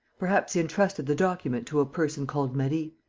perhaps he entrusted the document to a person called marie.